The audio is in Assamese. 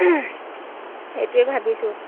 সেইটোৱে ভাবিছোঁ